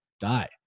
die